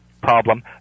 problem